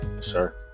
Sure